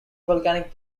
volcanic